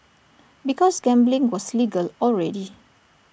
because gambling was legal already